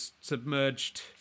submerged